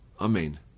Amen